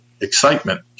excitement